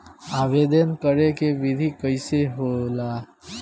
आवेदन करे के विधि कइसे होला?